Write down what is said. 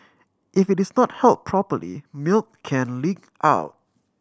if it is not held properly milk can leak out